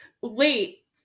wait